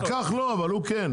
הפקח לא, אבל הוא כן.